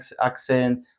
accent